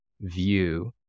view